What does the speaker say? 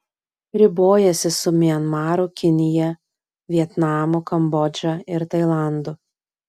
ribojasi su mianmaru kinija vietnamu kambodža ir tailandu